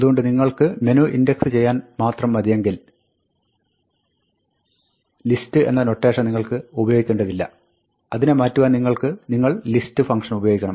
അതുകൊണ്ട് നിങ്ങൾക്ക് menu index ചെയ്താൽ മാത്രം മതിയെങ്കിൽ list എന്ന നൊട്ടേഷൻ നിങ്ങൾ ഉപയോഗിക്കേണ്ടതില്ല അതിനെ മാറ്റുവാൻ നിങ്ങൾ list ഫംങ്ക്ഷൻ ഉപയോഗിക്കണം